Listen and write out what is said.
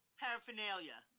paraphernalia